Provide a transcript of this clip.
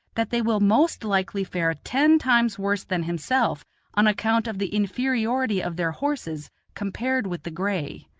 that they will most likely fare ten times worse than himself on account of the inferiority of their horses compared with the gray.